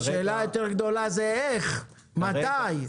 היותר גדולה היא איך ומתי.